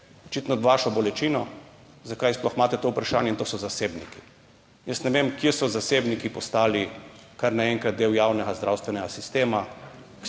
očitno vašo bolečino, zakaj sploh imate to vprašanje, in to so zasebniki, jaz ne vem. Kje so? Zasebniki postali kar naenkrat del javnega zdravstvenega sistema.